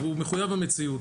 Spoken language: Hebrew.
הוא מחויב המציאות.